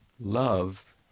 love